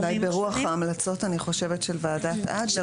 --- אולי ברוח ההמלצות של ועדת אדלר,